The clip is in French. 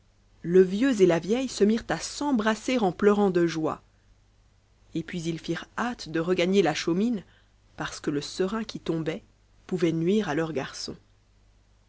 le vieux et la vieille se mirent à s'embrasser en pleurant de joie et puis ils firent hâte de regagner la chaumine parce que le serein qui tombait pouvait nuire à leur garçon